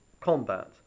combat